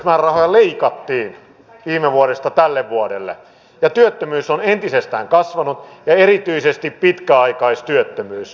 työttömyysmäärärahoja leikattiin viime vuodesta tälle vuodelle ja työttömyys on entisestään kasvanut erityisesti pitkäaikaistyöttömyys